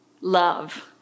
Love